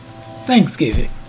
Thanksgiving